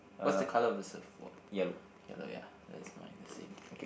what's the color of the surfboard yellow ya that's mine the same